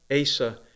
Asa